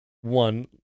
one